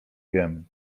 jem